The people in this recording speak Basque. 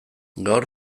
gaur